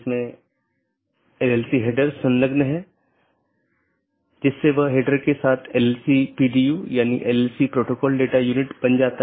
दूसरा अच्छी तरह से ज्ञात विवेकाधीन एट्रिब्यूट है यह विशेषता सभी BGP कार्यान्वयन द्वारा मान्यता प्राप्त होनी चाहिए